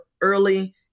early